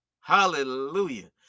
Hallelujah